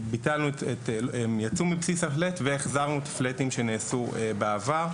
יצאו מבסיס ה-FLAT והחזרנו את ה-FLAT שנעשו בעבר.